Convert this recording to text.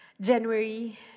January